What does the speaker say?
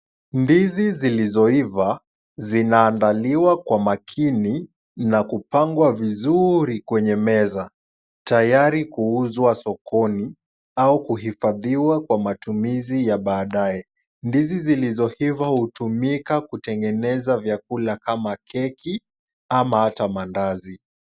Ndizi zilizoiva zinaandaliwa kwa makini, na kupangwa vizuri kwenye meza, tayari kuuzwa sokoni au kuhifadhiwa kwa matumizi ya baadae. Ndizi zilizoiva hutumika kutengeneza vyakula kama keki ama hata mandazi.